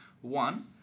One